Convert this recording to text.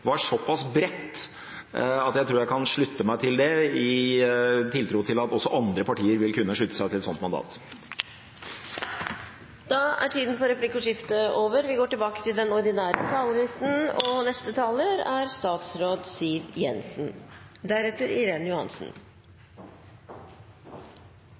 var såpass bredt at jeg tror jeg kan slutte meg til det i tiltro til at også andre partier vil kunne slutte seg til et sånt mandat. Replikkordskiftet er dermed omme. Norsk økonomi er i endring. Lavere etterspørsel fra oljenæringen vil kreve at norske bedrifter og